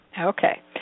Okay